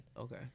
Okay